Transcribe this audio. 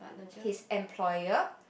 his employer